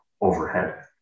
overhead